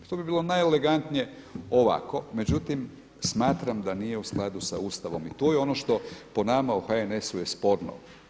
To bi bilo najelegantnije ovako, međutim smatram da nije u skladu sa Ustavom i tu je ono što po nama u HNS-u je sporno.